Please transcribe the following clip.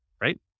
right